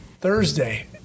Thursday